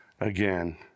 again